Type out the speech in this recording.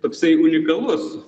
toksai unikalus